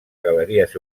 galeries